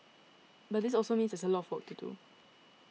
but this also means there's a lot of work to do